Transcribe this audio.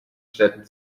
städten